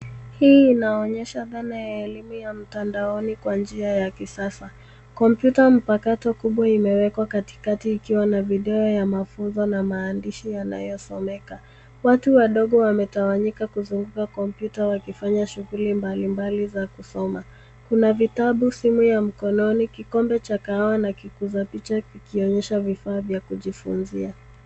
Hii inaonyesha dhana ya elimu ya mtandaoni kwa njia ya kisasa. Kompyuta mpakato kubwa imewekwa katikati ikiwa na video ya mafunzo na maandishi yanayosomeka. Watu wadogo wametawanyika kuzunguka kompyuta wakifanya shughuli mbalimbali za kusoma. Kuna vitabu, simu ya mkononi, kikombe cha kahawa na kikuza picha kikionyesha vifaa vya kujifunzia.